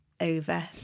over